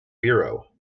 biro